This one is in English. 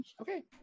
Okay